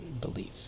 belief